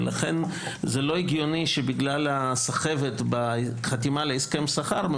לכן לא הגיוני שבגלל הסחבת בחתימה על הסכם שכר,